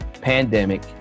Pandemic